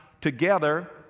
together